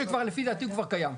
לפי דעתי הוא כבר קיים.